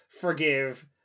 forgive